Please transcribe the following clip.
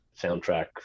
soundtrack